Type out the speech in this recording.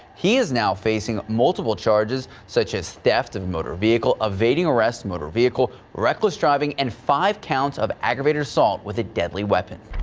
he is now facing multiple charges such as theft of motor vehicle evading arrest motor vehicle, reckless driving and five counts of aggravated assault with a deadly weapon.